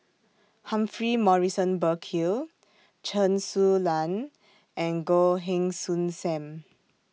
Humphrey Morrison Burkill Chen Su Lan and Goh Heng Soon SAM